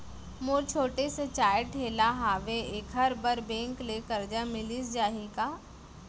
मोर छोटे से चाय ठेला हावे एखर बर बैंक ले करजा मिलिस जाही का?